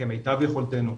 כמיטב יכולתנו,